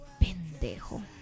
pendejo